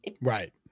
Right